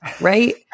Right